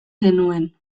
genuen